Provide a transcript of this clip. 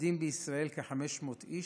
מתאבדים בישראל כ-500 איש,